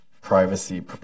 privacy